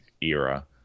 era